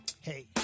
Hey